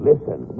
Listen